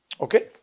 Okay